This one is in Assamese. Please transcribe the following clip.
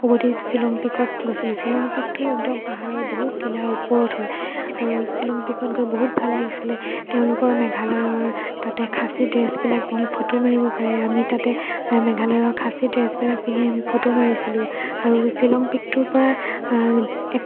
উভতি শ্বিলং পিকত গৈছিলোঁ শ্বিলং পিকটো পাহাৰৰ বহুত টিলাৰ ওপৰত হয় আৰু শ্বিলং পিকত গৈ বহুত ভাল লাগিছিলে তেওঁলোকৰ মেঘালয়ৰ তাতে খাচী ড্ৰেছবিলাক পিন্ধি ফটো মাৰিব পাৰে আমি তাতে মেঘালয়ৰ খাচী ড্ৰেছবিলাক পিন্ধি আমি ফটো মাৰিছিলোঁ আৰু শ্বিলং পিকটোৰ পৰা এক